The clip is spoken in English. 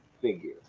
figure